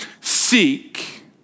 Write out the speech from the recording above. seek